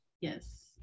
Yes